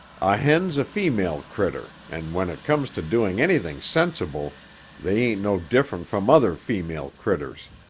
a hen's a female critter and when it comes to doing anything sensible they ain't no different from other female critters.